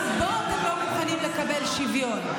גם בו אתם לא מוכנים לקבל שוויון.